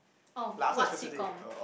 orh what sitcom